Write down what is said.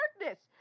darkness